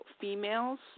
females